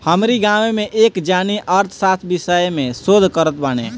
हमरी गांवे में एक जानी अर्थशास्त्र विषय में शोध करत बाने